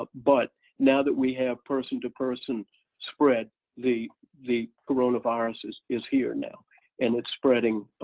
but now that we have person-to-person spread the the coronavirus is is here now and it's spreading